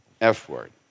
f-word